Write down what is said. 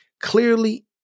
clearly